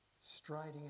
striding